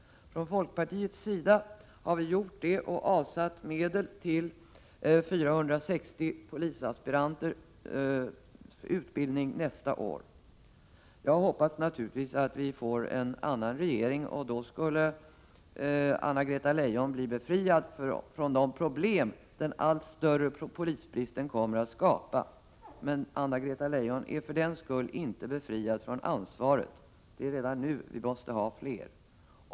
Från folkpartiets sida har vi gjort det och avsatt medel till utbildning av 460 polisaspiranter nästa år. Jag hoppas naturligtvis att vi får en annan regering. Då skulle Anna-Greta Leijon bli befriad från de problem som den allt större polisbristen kommer att skapa. Men Anna-Greta Leijon är därmed inte befriad från ansvaret. Det är redan nu vi behöver fler.